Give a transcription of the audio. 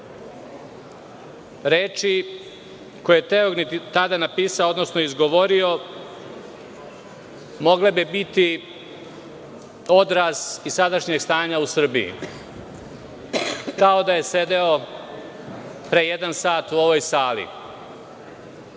reči koje je Teognid tada napisao, odnosno izgovorio mogle bi biti odraz i sadašnjeg stanja u Srbiji, kao da je sedeo pre jedan sat u ovoj